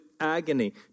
agony